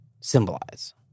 symbolize